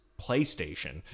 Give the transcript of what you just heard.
PlayStation